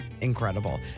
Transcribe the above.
Incredible